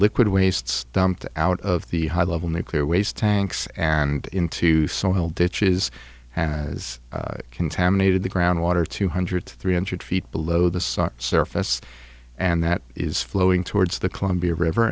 liquid wastes dumped out of the high level nuclear waste tanks and into social ditches has contaminated the groundwater two hundred three hundred feet below the surface and that is flowing towards the columbia river